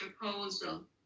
proposal